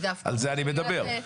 על זה אני מדבר.